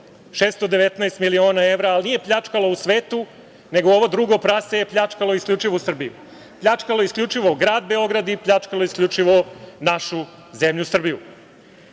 619 miliona evra, ali nije pljačkalo u svetu, nego ovo drugo prase je pljačkalo isključivo u Srbiji. Pljačkalo je isključivo grad Beograd i pljačkalo je isključivo našu zemlju Srbiju. To